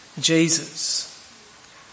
Jesus